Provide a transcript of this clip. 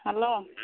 hello